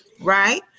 Right